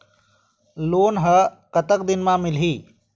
Loan ह कतक दिन मा मिलही?